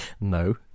No